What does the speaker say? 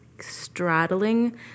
straddling